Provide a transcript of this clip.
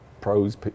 pros